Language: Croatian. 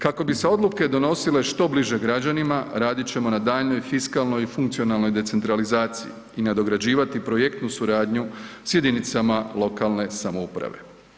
Kako bi se odluke donosile što bliže građanima radit ćemo na daljnjoj fiskalnoj i funkcionalnoj decentralizaciji i nadograđivati projektnu suradnju s jedinicama lokalne samouprave.